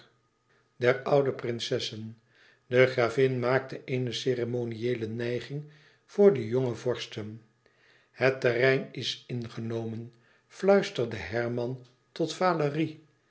der oude prinsessen de gravin maakte eene ceremonieele nijging voor de jonge vorsten het terrein is ingenomen fluisterde herman tot valérie